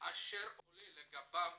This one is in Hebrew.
אשר עולה לגביו